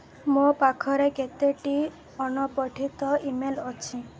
ମୋ ପାଖରେ କେତେଟି ଅଣପଠିତ ଇମେଲ୍ ଅଛି